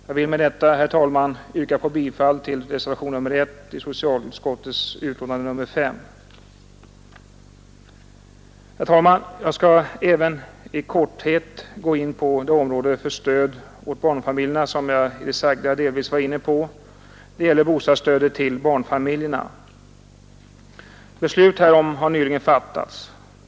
Jag vill med detta, herr talman, yrka bifall till reservationen 1 i socialutskottets betänkande nr 5. Herr talman! Jag skall även i korthet gå in på det område för stöd åt barnfamiljerna, som jag i det sagda delvis varit inne på. Det gäller bostadsstödet till barnfamiljerna. Beslut härom har nyligen fattats.